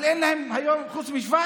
אבל אין להם היום יותר מ-17.